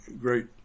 great